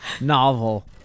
novel